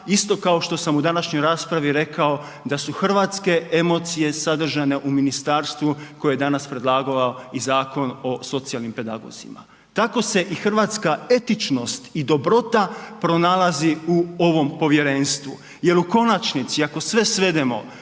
isto kao što sam u današnjoj raspravi rekao da su hrvatske emocije sadržane u ministarstvu koje je danas predlagao i Zakon o socijalnim pedagozima. Tako se i hrvatska etičnost i dobrota pronalazi u ovom povjerenstvu jer u konačnici, ako sve svedemo,